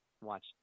watch